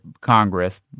Congress